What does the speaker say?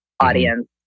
audience